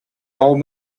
told